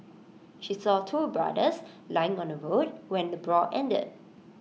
she saw two brothers lying on the ground when the brawl ended